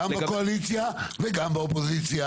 גם בקואליציה וגם באופוזיציה.